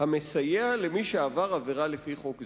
"המסייע למי שעבר עבירה לפי חוק זה,